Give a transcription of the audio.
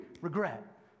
regret